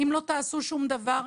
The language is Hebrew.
אם לא תעשו שום דבר,